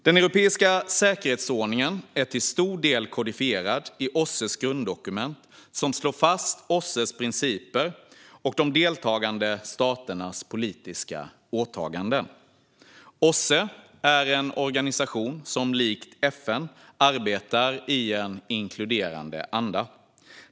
Den europeiska säkerhetsordningen är till stor del kodifierad i OSSE:s grunddokument, som slår fast OSSE:s principer och de deltagande staternas politiska åtaganden. OSSE är en organisation som likt FN arbetar i en inkluderande anda.